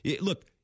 Look